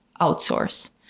outsource